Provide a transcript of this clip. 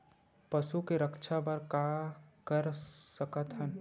पशु के रक्षा बर का कर सकत हन?